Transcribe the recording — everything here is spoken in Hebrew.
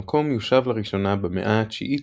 המקום יושב לראשונה במאה ה-9 לפנה"ס,